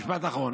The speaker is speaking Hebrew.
משפט אחרון,